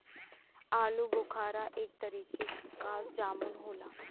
आलूबोखारा एक तरीके क जामुन होला